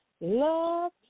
Love